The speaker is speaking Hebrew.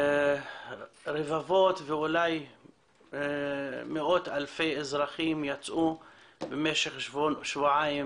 רבבות ואולי מאות אלפי אזרחים יצאו במשך שבועיים